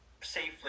safely